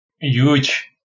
huge